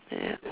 yup